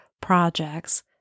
projects